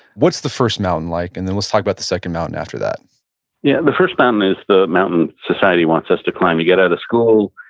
what's the first mountain like? and then let's talk about the second mountain after that yeah the first mountain is the mountain society wants us to climb. you get out of school,